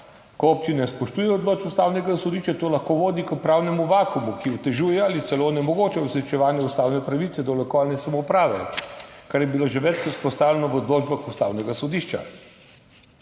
Ko občine ne spoštujejo odločb Ustavnega sodišča, to lahko vodi k pravnemu vakuumu, ki otežuje ali celo onemogoča uresničevanje ustavne pravice do lokalne samouprave, kar je bilo že večkrat izpostavljeno v odločbah Ustavnega sodišča.